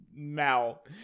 Mal